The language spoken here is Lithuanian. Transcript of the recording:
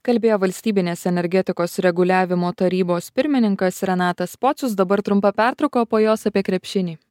kalbėjo valstybinės energetikos reguliavimo tarybos pirmininkas renatas pocius dabar trumpa pertrauka o po jos apie krepšinį